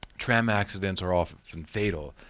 tram accidents are often fatal,